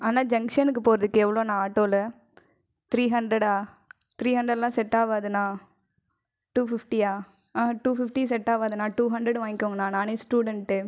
அண்ணா ஜங்சனுக்கு போகறதுக்கு எவ்வளோண்ணா ஆட்டோவில த்ரீ ஹன்ரடா த்ரீ ஹன்ரட்லாம் செட் ஆகாதுண்ணா டூ ஃபிஃப்டியாக இல்லை டூ ஃபிஃப்டி செட் ஆகாதுண்ணா டூ ஹன்ரட் வாய்ங்க்கோங்கண்ணா நானே ஸ்டூடென்ட்டு